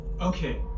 Okay